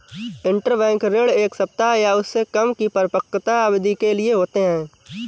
interbank ऋण एक सप्ताह या उससे कम की परिपक्वता अवधि के लिए होते हैं